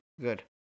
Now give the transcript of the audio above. Good